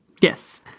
Yes